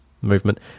movement